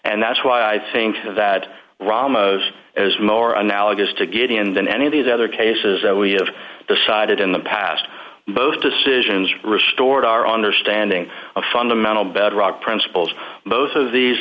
and that's why i think that rama as more analogous to get in than any of the other cases that we have decided in the past both decisions restored our understanding of fundamental bedrock principles both of these